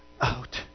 Out